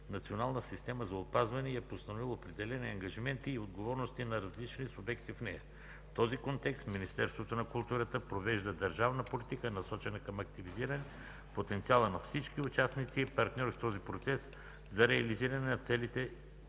Национална система за опазване и е постановил определени ангажименти и отговорности на различни субекти в нея. В този контекст Министерството на културата провежда държавна политика, насочена към активизиране потенциала на всички участници и партньори в този процес за реализиране целите по